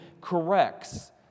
corrects